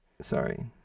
Sorry